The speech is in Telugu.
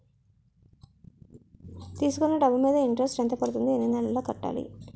తీసుకున్న డబ్బు మీద ఇంట్రెస్ట్ ఎంత పడుతుంది? ఎన్ని నెలలో కట్టాలి?